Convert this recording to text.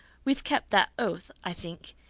we've kept that oath, i think.